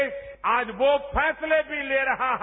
देश आज वो फैसले भी ले रहा है